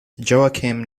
joachim